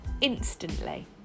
instantly